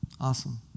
Awesome